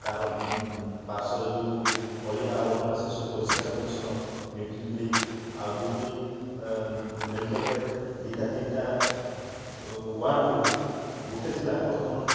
ତା'ର ପାର୍ଶ୍ୱରେ ଯେଉଁ ଅଳିଆ ଆବର୍ଜନା ସେସବୁ ପରିଷ୍କାର ପରିଚ୍ଛନ୍ନ ଆଉ ଯେଉଁଠି ମେଡ଼ିକାଲରେ ଦୁଇଟା ତିନିଟା ୱାର୍ଡ଼କୁ ଗୋଟେ ଥିଲା ବର୍ତ୍ତମାନ